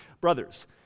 brothers